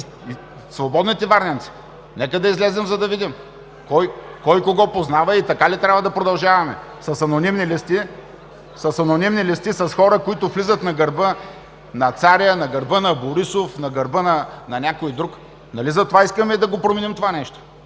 свободните варненци. Нека излезем, да видим кой кого познава и така ли ще продължаваме – с анонимни листи, с хора, които влизат на гърба на царя, на гърба на Борисов или на някой друг! Нали затова искаме да променим това нещо?!